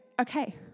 okay